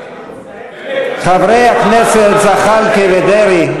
חברי הכנסת זחאלקה ודרעי.